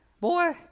boy